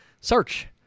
Search